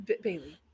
bailey